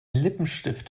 lippenstift